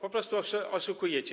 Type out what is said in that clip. Po prostu oszukujecie.